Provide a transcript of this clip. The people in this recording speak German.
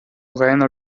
reiner